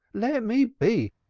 let me be!